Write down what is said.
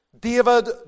David